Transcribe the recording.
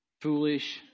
foolish